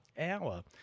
hour